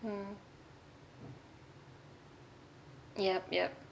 mm yup yup